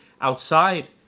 outside